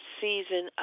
season